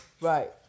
right